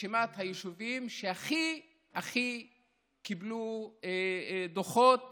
ברשימת היישובים שקיבלו הכי הרבה דוחות